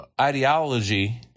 ideology